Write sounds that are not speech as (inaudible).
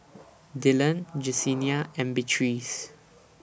Dillon (noise) Jessenia and Beatrice